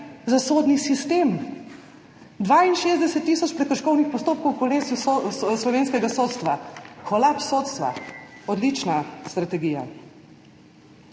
za sodni sistem? 62 tisoč prekrškovnih postopkov v kolesju slovenskega sodstva? Kolaps sodstva. Odlična strategija.